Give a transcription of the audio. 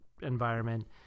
environment